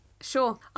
Sure